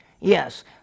Yes